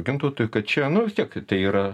gintautui kad čia nu vis tiek tai yra